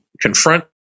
confront